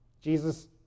Jesus